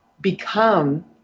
become